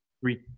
Three